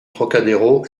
trocadéro